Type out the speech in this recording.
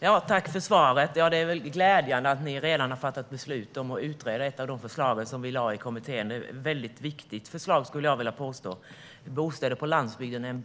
Herr talman! Tack för svaret! Det är glädjande att ni redan har fattat beslut om att utreda ett av de förslag som vi i kommittén har lagt fram. Det är ett väldigt viktigt förslag, skulle jag vilja påstå. Det råder brist på bostäder på landsbygden